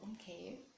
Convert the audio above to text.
okay